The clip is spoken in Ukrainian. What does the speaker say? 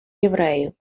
євреїв